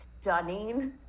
stunning